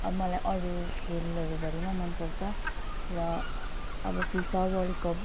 अब मलाई अरू खेलहरू भरिमा मनपर्च र आबो फीफा वर्ल्ड कप